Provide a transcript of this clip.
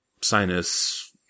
sinus